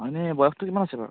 এনেই বয়সটো কিমান আছে বাৰু